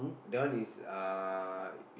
that one is uh